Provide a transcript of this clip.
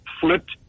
flipped